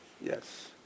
Yes